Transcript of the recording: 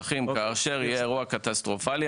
למבוטחים כאשר יש אירוע קטסטרופלי.